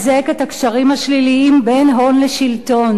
את הקשרים השליליים בין הון לשלטון.